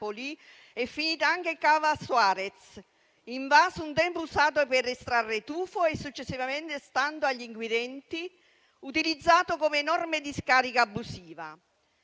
è finita anche Cava Suarez, invaso un tempo usato per estrarre tufo e successivamente, stando agli inquirenti, utilizzato come enorme discarica abusiva.